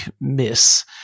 miss